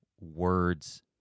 words